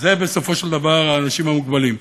זה בסופו של דבר האנשים המוגבלים.